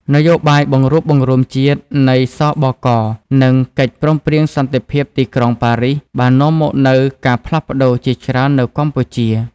នយោបាយបង្រួបបង្រួមជាតិនៃ ស.ប.ក. និងកិច្ចព្រមព្រៀងសន្តិភាពទីក្រុងប៉ារីស បាននាំមកនូវការផ្លាស់ប្តូរជាច្រើននៅកម្ពុជា។